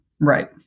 Right